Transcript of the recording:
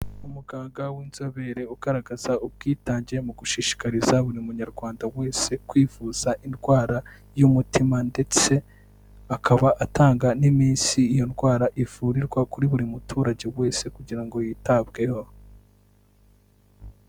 Umuganga w'inzobere ugaragaza ubwitange mu gushishikariza buri munyarwanda wese kwivuza indwara y'umutima ndetse akaba atanga n'iminsi iyo ndwara ivurirwa kuri buri muturage wese kugira ngo yitabweho.